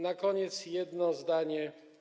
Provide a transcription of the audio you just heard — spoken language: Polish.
Na koniec jedno zdanie.